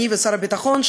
אני ושר הביטחון,